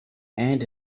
and